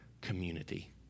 community